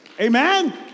Amen